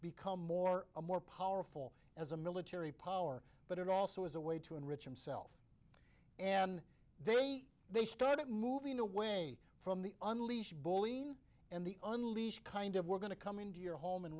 become more a more powerful as a military power but also as a way to enrich himself and they they start moving away from the unleashed bully and the unleashed kind of we're going to come into your home and